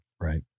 Right